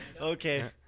okay